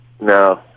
No